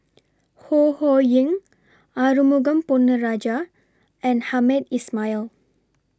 Ho Ho Ying Arumugam Ponnu Rajah and Hamed Ismail